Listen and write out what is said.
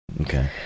okay